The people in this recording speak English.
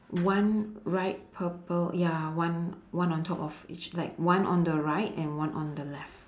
one right purple ya one one on top of each like one on the right and one on the left